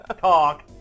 talk